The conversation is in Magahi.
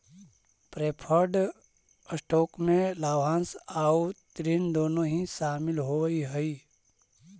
प्रेफर्ड स्टॉक में लाभांश आउ ऋण दोनों ही शामिल होवऽ हई